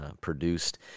produced